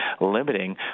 limiting